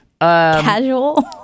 Casual